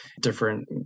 different